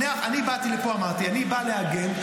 אני באתי לפה ואמרתי: אני בא להגן.